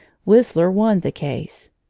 whistler won the case.